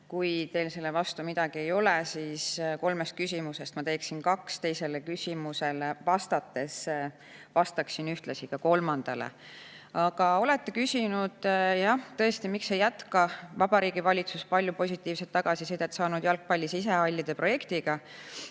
Kui teil selle vastu midagi ei ole, siis kolmest küsimusest ma teeksin kaks, teisele küsimusele vastates vastaksin ühtlasi ka kolmandale. Aga olete küsinud: "Miks ei jätka Vabariigi Valitsus palju positiivset tagasisidet saanud jalgpalli sisehallide projektiga?"